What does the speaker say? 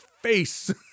face